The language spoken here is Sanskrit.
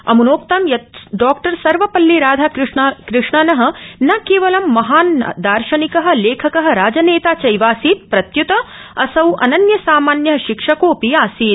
अमुनोक्तं यत् डॉ सर्वपल्ली राधा कृष्णनो न केवलं महान् दार्शनिक लेखक राजनेता चैवासीत् प्रत्युत असौ अनन्य सामान्य शिक्षकोऽपि आसीत्